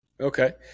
Okay